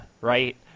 right